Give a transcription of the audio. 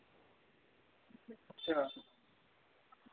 अच्छा